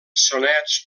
sonets